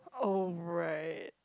oh right